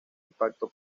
impacto